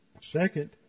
Second